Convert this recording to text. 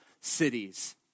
cities